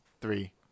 three